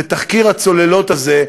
ותחקיר הצוללות הזה,